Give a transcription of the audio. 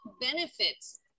benefits